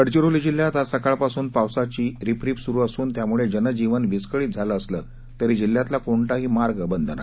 गडचिरोली जिल्ह्यात आज सकाळपासून पावसाची रिपरिप सुरू असून त्यामुळे जनजीवन विस्कळित झालं असलं तरी जिल्ह्यातला कोणताही मार्ग बंद नाही